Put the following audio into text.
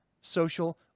social